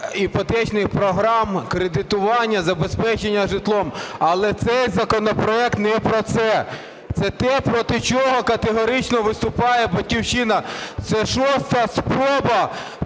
іпотечних програм кредитування, забезпечення житлом, але цей законопроект не про це. Це те, проти чого категорично виступає "Батьківщина", це шоста спроба